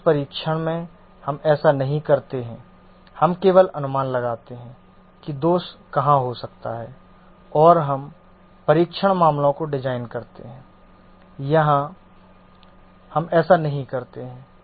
दोष परीक्षण में हम ऐसा नहीं करते हैं हम केवल अनुमान लगाते हैं कि दोष कहां हो सकता है और हम परीक्षण मामलों को डिजाइन करते हैं यहां हम ऐसा नहीं करते हैं